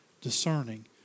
discerning